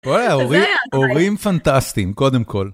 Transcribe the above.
בואנ'ה, הורים פנטסטיים, קודם כל.